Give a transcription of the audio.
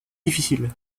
difficiles